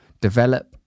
develop